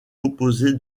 composée